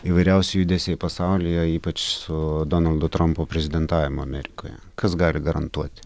įvairiausi judesiai pasaulyje ypač su donaldo trampo prezidentavimu amerikoje kas gali garantuoti